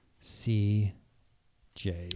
C-J